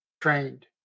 trained